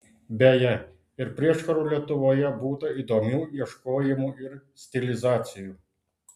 beje ir prieškario lietuvoje būta įdomių ieškojimų ir stilizacijų